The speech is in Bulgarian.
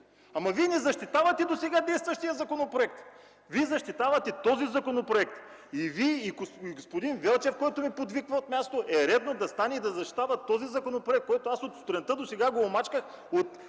Ама, Вие не защитавате досега действащия законопроект! Вие защитавате този законопроект – и Вие, и господин Велчев, който ми подвиква от място, е редно да станете и да защитавате този законопроект, който аз от сутринта досега го омачках от